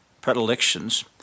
predilections